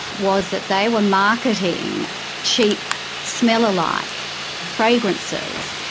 was that they were marketing cheap smell-alike fragrances,